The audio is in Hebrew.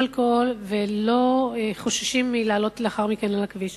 אלכוהול ולא חוששים לעלות לאחר מכן על הכביש.